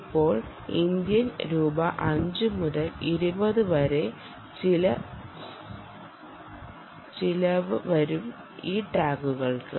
ഇപ്പോൾ ഇന്ത്യൻ രൂപ 5 മുതൽ 20 രൂപ വരെ ചിലവ് വരും ഈ ടാകുകൾക്ക്